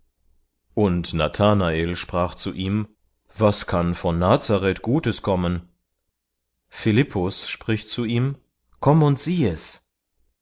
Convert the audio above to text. und nathanael sprach zu ihm was kann von nazareth gutes kommen philippus spricht zu ihm komm und sieh es